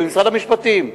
במשרד המשפטים.